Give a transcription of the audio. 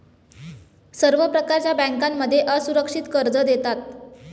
सर्व प्रकारच्या बँकांमध्ये असुरक्षित कर्ज देतात